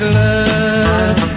love